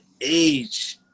age